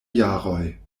jaroj